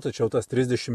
tačiau tas trisdešim